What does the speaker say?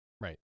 Right